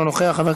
אינו נוכח.